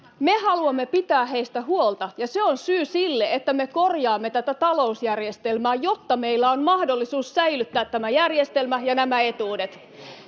Me haluamme pitää heistä huolta, ja se on syy sille, että me korjaamme tätä talousjärjestelmää, jotta meillä on mahdollisuus säilyttää tämä järjestelmä ja nämä etuudet.